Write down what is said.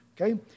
okay